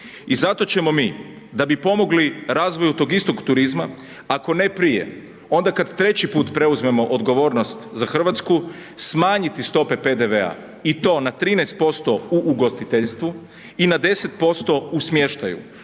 I zato ćemo mi da bi pomogli razvoju tog istog turizma ako ne prije, onda kad treći put preuzmemo odgovornost za Hrvatsku, smanjiti stope PDV-a i to na 13% u ugostiteljstvu i na 10% u smještaju